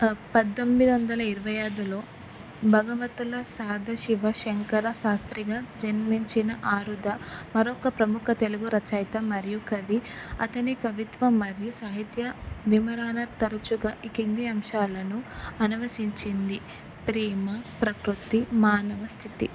పంతొమ్మిది వందల ఇరవై ఐదులో భాగవతుల సదాశివశంకర శాస్త్రిగా జన్మించిన ఆరుద్ర మరొక ప్రముఖ తెలుగు రచయిత మరియు కవి అతని కవిత్వం మరియు సాహిత్య వివరణ తరచుగా ఈ కింద అంశాలను అనవసించింది ప్రేమ ప్రకృతి మానవ స్థితి